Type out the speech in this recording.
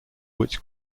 which